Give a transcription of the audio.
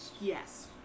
Yes